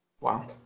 Wow